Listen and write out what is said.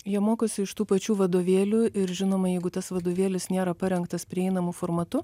jie mokosi iš tų pačių vadovėlių ir žinoma jeigu tas vadovėlis nėra parengtas prieinamu formatu